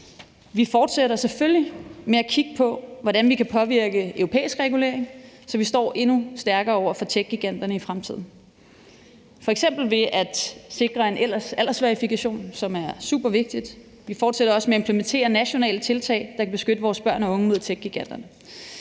Vi fortsætter selvfølgelig med at kigge på, hvordan vi kan påvirke europæisk regulering, så vi står endnu stærkere over for techgiganterne i fremtiden. Det gør vi f.eks. ved at sikre en aldersverifikation, som er super vigtig. Vi fortsætter også med at implementere nationale tiltag, der kan beskytte vores børn og unge mod techgiganterne,